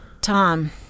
Tom